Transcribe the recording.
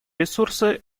ресурсы